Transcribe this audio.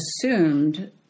assumed